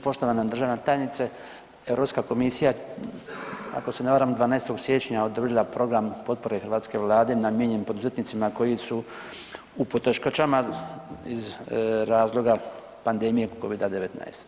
Poštovana državna tajnice, Europska komisija ako se ne varam 12. siječnja odobrila program potpore hrvatske Vlade namijenjen poduzetnicima koji su u poteškoćama iz razloga pandemije Covida-19.